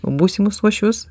būsimus uošvius